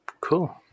cool